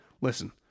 Listen